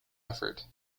effort